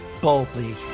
boldly